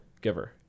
giver